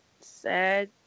sad